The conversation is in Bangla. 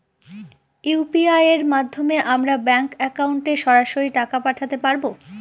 ইউ.পি.আই এর মাধ্যমে আমরা ব্যাঙ্ক একাউন্টে সরাসরি টাকা পাঠাতে পারবো?